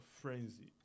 frenzy